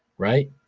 right,